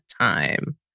time